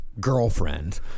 girlfriend